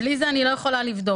בלי זה אני לא יכולה לבדוק.